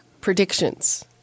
predictions